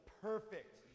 perfect